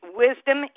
wisdom